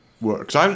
works